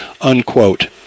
unquote